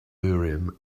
urim